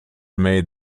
made